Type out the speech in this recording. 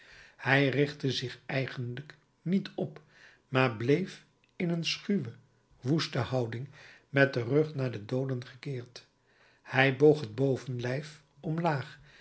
hij richtte zich eigenlijk niet op maar bleef in een schuwe woeste houding met den rug naar de dooden gekeerd hij boog het bovenlijf omlaag